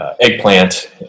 eggplant